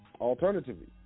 Alternatively